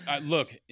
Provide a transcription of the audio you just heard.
look